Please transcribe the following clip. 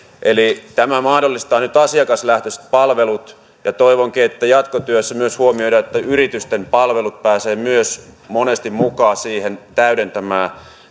eli tämä mahdollistaa nyt asiakaslähtöiset palvelut ja toivonkin että jatkotyössä myös huomioidaan että yritysten palvelut myös pääsevät monesti mukaan siihen täydentämään